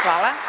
Hvala.